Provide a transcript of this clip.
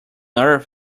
earth